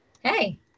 Hey